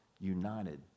united